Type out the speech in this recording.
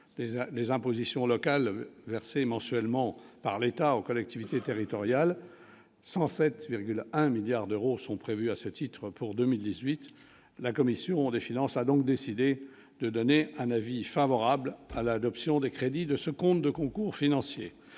les impositions locales versée mensuellement par l'État en collectivités territoriales 107,1 milliards d'euros sont prévus à ce titre pour 2018, la commission des finances, a donc décidé de donner un avis favorable à l'adoption des crédits de ce conte de concours financiers,